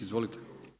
Izvolite!